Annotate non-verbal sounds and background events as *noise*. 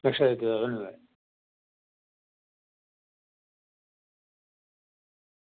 *unintelligible*